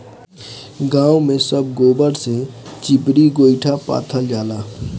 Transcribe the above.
गांव में सब गोबर से चिपरी गोइठा पाथल जाला